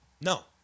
No